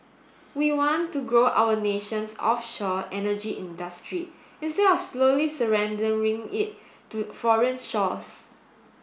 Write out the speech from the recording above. we want to grow our nation's offshore energy industry instead of slowly surrendering it to foreign shores